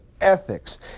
ethics